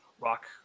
rock